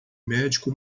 médico